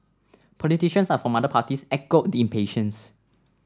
politicians are from other parties echoed the impatience